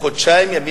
חודשיים ימים,